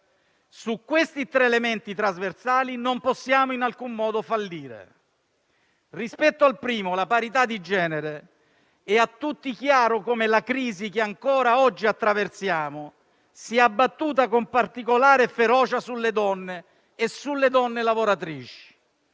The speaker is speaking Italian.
Su questi tre elementi trasversali non possiamo in alcun modo fallire. Rispetto al primo - la parità di genere - è a tutti chiaro come la crisi che ancora oggi attraversiamo si è abbattuta con particolare ferocia sulle donne e sulle donne lavoratrici.